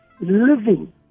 living